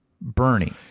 Bernie